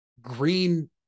Green